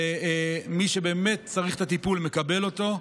ומי שבאמת צריך את הטיפול מקבל אותו,